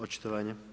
Očitovanje.